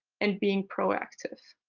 and being proactive.